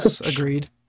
agreed